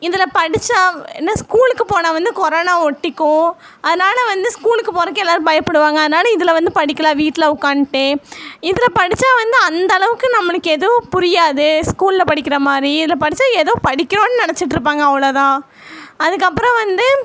இதில் படிச்சால் என்ன ஸ்கூலுக்கு போனால் வந்து கொரோனா ஒட்டிக்கும் அதனால் வந்து ஸ்கூலுக்கு போகிறதுக்கு வந்து எல்லோரும் பயப்படுவாங்க அதனால் இதில் வந்து படிக்கலாம் வீட்டில் உட்காந்ட்டே இதில் படிச்சால் வந்து அந்தளவுக்கு நம்மளுக்கு எதுவும் புரியாது ஸ்கூலில் படிக்கின்ற மாதிரி இதில் படிச்சால் ஏதோ படிக்கிறோன்னு நினச்சிட்ருப்பாங்க அவ்வளோ தான் அதுக்கப்புறம் வந்து